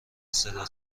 صداها